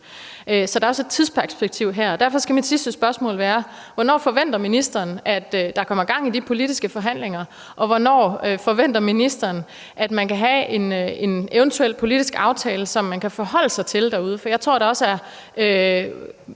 Så der er også et tidsperspektiv her. Derfor skal mit sidste spørgsmål være: Hvornår forventer ministeren at der kommer gang i de politiske forhandlinger, og hvornår forventer ministeren at man kan have en eventuel politisk aftale, som de kan forholde sig til derude? For jeg tror, at der også er